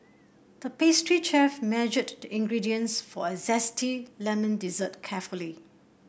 the pastry chef measured the ingredients for a zesty lemon dessert carefully